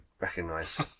recognise